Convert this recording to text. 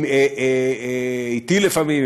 אתי לפעמים,